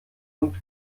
und